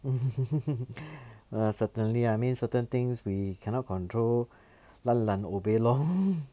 err certainly I mean certain things we cannot control lan lan obey lor